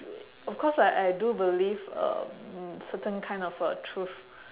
of course I I do believe uh certain kind of a truth